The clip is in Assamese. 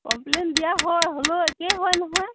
কমপ্লেইন দিয়া হয় হ'লও কি হয় নহয়